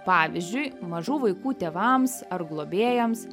pavyzdžiui mažų vaikų tėvams ar globėjams